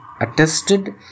attested